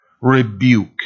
rebuke